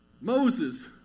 Moses